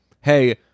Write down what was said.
hey